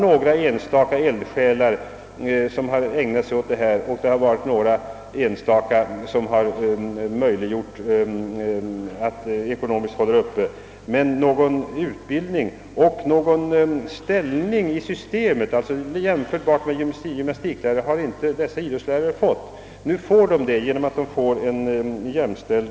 Några enstaka eldsjälar har ägnat sig åt saken och ett mindre antal personer har ekonomiskt möjliggjort det hela, men någon utbildning jämförbar med <gymnastiklärarnas har «dessa idrottsledare inte erhållit. Nu kommer de att få detta genom att utbildningen blir jämställd.